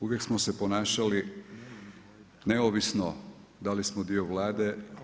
Uvijek smo se ponašali neovisno da li smo dio Vlade.